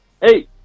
Hey